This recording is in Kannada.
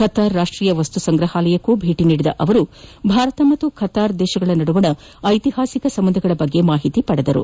ಕತಾರ್ ರಾಷ್ಟೀಯ ವಸ್ತು ಸಂಗ್ರಹಾಲಯಕ್ಕೂ ಭೇಟಿ ನೀಡಿದ ಜೈಶಂಕರ್ ಭಾರತ ಮತ್ತು ಕತಾರ್ ನಡುವಿನ ಐತಿಹಾಸಿಕ ಸಂಬಂಧಗಳ ಬಗ್ಗೆ ಮಾಹಿತಿ ಪಡೆದರು